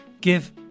give